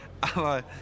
aber